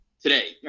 today